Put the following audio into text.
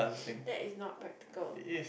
that is not practical